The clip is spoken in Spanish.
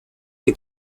que